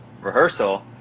rehearsal